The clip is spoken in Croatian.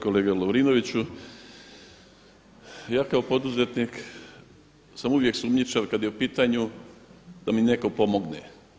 Kolega Lovrinoviću, ja kao poduzetnik sam uvijek sumnjičav kada je u pitanju da mi netko pomogne.